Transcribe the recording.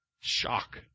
shock